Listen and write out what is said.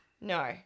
No